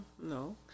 no